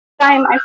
time